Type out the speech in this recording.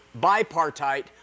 bipartite